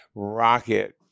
Rocket